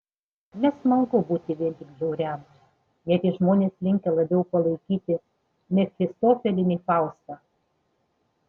nesmagu būti vien tik bjauriam net jei žmonės linkę labiau palaikyti mefistofelį nei faustą